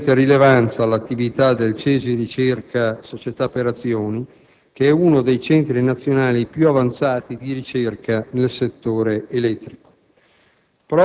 ovviamente rilevanza all'attività del CESI Ricerca S.p.A., che è uno dei centri nazionali più avanzati di ricerca nel settore elettrico.